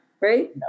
right